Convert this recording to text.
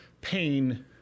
pain